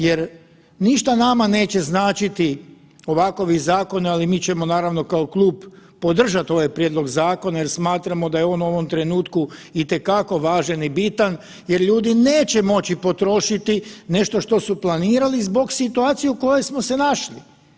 Jer ništa nama neće značiti ovakovi zakoni, ali mi ćemo naravno kao klub podržati ovaj prijedlog zakon jer smatramo da je on u ovom trenutku i te kako važan i bitan jer ljudi neće moći potrošiti nešto što su planirali zbog situacije u kojoj smo se našli.